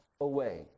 away